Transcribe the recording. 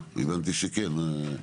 הבנתי שכן.